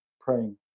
praying